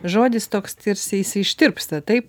žodis toks tarsi jis ištirpsta taip